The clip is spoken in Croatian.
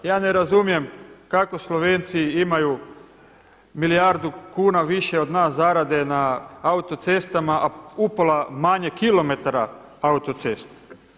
Ja ne razumijem kako Slovenci imaju milijardu kuna više od nas zarade na auto-cestama, a upola manje kilometara auto-ceste.